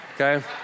Okay